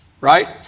right